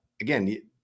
again